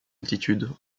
altitude